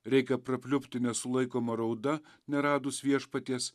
reikia prapliupti nesulaikoma rauda neradus viešpaties